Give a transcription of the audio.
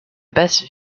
basse